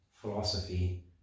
philosophy